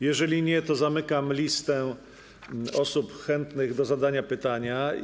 Jeżeli nie, to zamykam listę osób chętnych do zadania pytania.